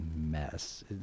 mess